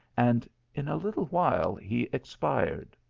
and in a little while he expired.